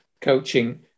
coaching